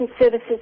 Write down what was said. services